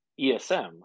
ESM